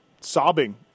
sobbing